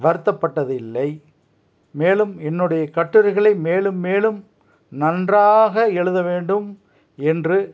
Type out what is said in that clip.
வருத்தப்பட்டது இல்லை மேலும் என்னுடைய கட்டுரைகளை மேலும் மேலும் நன்றாக எழுதவேண்டும் என்று